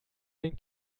den